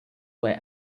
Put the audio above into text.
where